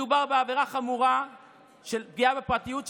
מדובר בעבירה חמורה של פגיעה בפרטיות,